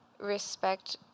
respect